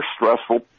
stressful